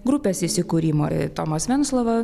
grupės įsikūrimo tomas venclova